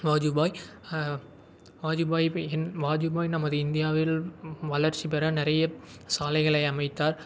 வாஜூபாய் வாஜூபாய் நம வாஜூபாய் நமது இந்தியாவில் வளர்ச்சி பெற நிறைய சாலைகளை அமைத்தார்